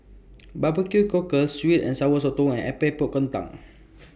Barbecue Cockle Sweet and Sour Sotong and Epok Epok Kentang